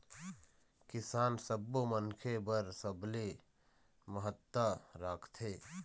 किसान सब्बो मनखे बर सबले महत्ता राखथे